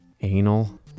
anal